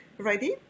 Ready